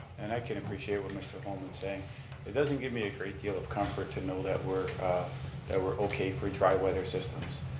and i can appreciate what mr. holman's saying, but it doesn't give me a great deal of comfort to know that we're that we're okay for dry weather systems.